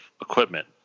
equipment